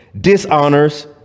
dishonors